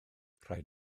rhaid